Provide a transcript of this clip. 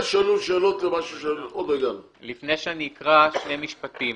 לפני שאני אקרא שני משפטים.